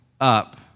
up